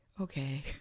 Okay